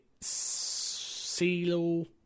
Seal